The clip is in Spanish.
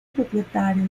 propietario